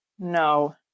No